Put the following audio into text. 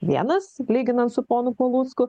vienas lyginant su ponu palucku